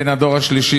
בן הדור השלישי,